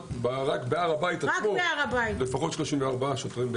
רק בהר הבית עצמו לפחות 34 שוטרים.